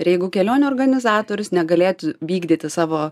ir jeigu kelionių organizatorius negalėtų vykdyti savo